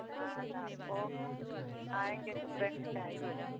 हाँ तो हमको आएंगे तो से आइए